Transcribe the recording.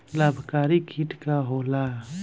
लाभकारी कीट का होला?